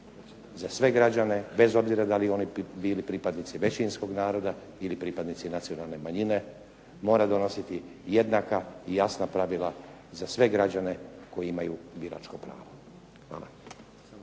za sve građane bez obzira da li oni bili pripadnici većinskog naroda ili pripadnici nacionalne manjine. Mora donositi jednaka i jasna pravila za sve građane koji imaju biračko pravo. Hvala.